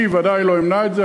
אני ודאי לא אמנע את זה,